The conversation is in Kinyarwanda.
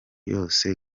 yose